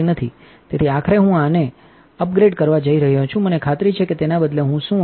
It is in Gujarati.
તેથી આખરે હું આને અપગ્રેડ કરવા જઇ રહ્યો છું મને ખાતરી છે કે તેના બદલે હું શું વાપરીશ